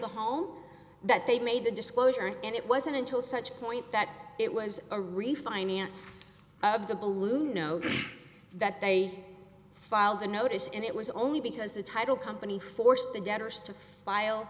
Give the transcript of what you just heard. the home that they made the disclosure and it wasn't until such point that it was a refinance of the balloon note that they filed a notice and it was only because the title company forced the debtors to file